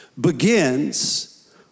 begins